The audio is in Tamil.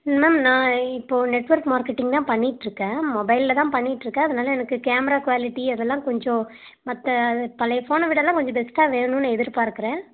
மேம் நான் இப்போ நெட்வொர்க் மார்க்கெட்டிங் தான் பண்ணிகிட்டு இருக்கேன் மொபைலில் தான் பண்ணிகிட்டு இருக்கேன் அதனால் எனக்கு கேமரா குவாலிட்டி அதெல்லாம் கொஞ்சம் மற்ற அது பழைய ஃபோனை விடலாம் கொஞ்சம் பெஸ்ட்டாக வேணுன்னு எதிர்பார்க்குறேன்